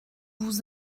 vous